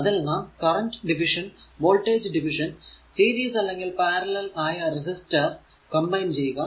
അതിൽ നാം current division voltage division series അല്ലെങ്കിൽ പാരലൽ ആയ റെസിസ്റ്റർ കമ്പൈൻ ചെയ്യുക